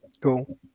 Cool